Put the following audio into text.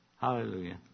Hallelujah